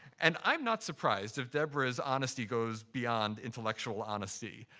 and i'm not surprised if deborah's honesty goes beyond intellectual honesty.